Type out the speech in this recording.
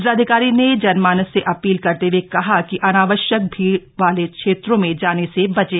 जिलाधिकारी ने जनमानस से अपील करते हुए कहा कि अनावश्यक भीड़ भाड़ वाले क्षेत्रों में जाने से बचे